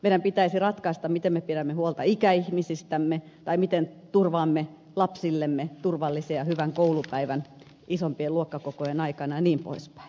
meidän pitäisi ratkaista miten me pidämme huolta ikäihmisistämme tai miten turvaamme lapsillemme turvallisen ja hyvä koulupäivän isompien luokkakokojen aikana jnp